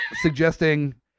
suggesting